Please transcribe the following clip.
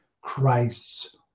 Christ's